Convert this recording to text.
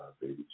Baby